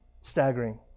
staggering